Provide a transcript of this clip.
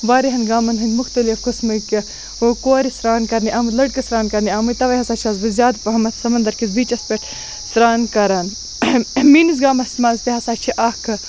واریاہَن گامَن ہٕنٛدۍ مُختلِف قِسمٕکۍ کورِ سران کَرنہِ آمٕتۍ لٔڑکہٕ سران کَرنہِ آمٕتۍ تَوَے ہَسا چھَس بہٕ زیاد پَہمَت سَمَنٛدَر کِس بیٖچَس پیٹھ سران کران میٲنِس گامَس مَنٛز تہِ ہَسا چھِ اکھ